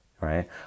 right